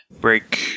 Break